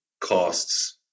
costs